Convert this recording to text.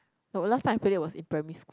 no last time I played that was in primary school